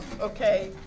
Okay